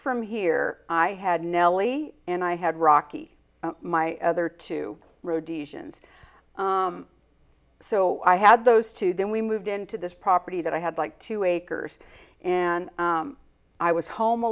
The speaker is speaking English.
from here i had nellie and i had rocky my other two rhodesians so i had those two then we moved into this property that i had like two acres and i was home a